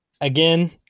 Again